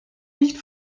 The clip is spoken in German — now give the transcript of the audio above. nicht